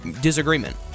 disagreement